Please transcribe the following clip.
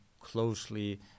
closely